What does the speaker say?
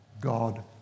God